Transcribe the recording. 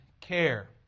care